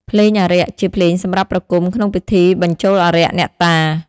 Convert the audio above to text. ភ្លេងអារក្ស ជាភ្លេងសម្រាប់ប្រគំក្នុងពិធីបញ្ចូលអារក្ស អ្នកតា។